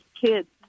kids